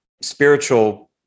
spiritual